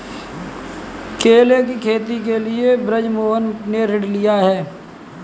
केले की खेती के लिए बृजमोहन ने ऋण लिया है